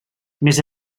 més